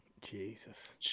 Jesus